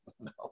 no